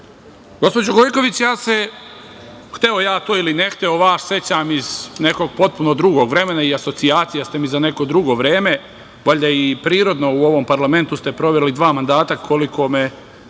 Gospođo Gojković, ja se, hteo ja to ili ne hteo, vas sećam iz nekog potpuno drugog asocijacija, jer ste mi za neko drugo vreme, valjda i prirodno, u ovom parlamentu ste proveli dva mandata, koliko me